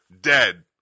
Dead